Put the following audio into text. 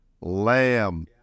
lamb